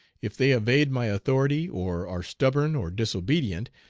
if they evade my authority, or are stubborn or disobedient,